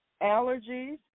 allergies